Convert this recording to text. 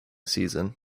season